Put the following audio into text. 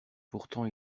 pourtant